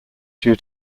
due